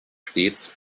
stets